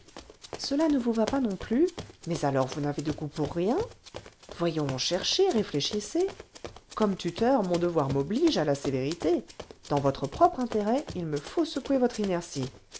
cela ne vous va pas non plus mais alors vous n'avez de goûtpouirien voyons cherchez réfléchissez comme tuteur mon devoir m'oblige à la sévérité dans votre propre intérêt il me faut secouer votre inertie